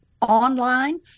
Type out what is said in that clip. online